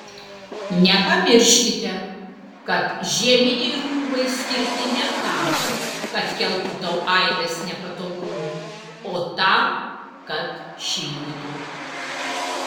nepamirškite kad žieminiai rūbai skirti ne tam kad keltų tau aibes nepatogumų o tam kad šildytų